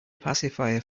pacifier